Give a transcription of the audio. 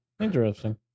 interesting